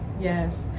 Yes